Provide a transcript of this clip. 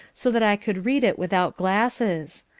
so that i could read it without glasses.